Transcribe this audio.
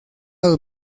los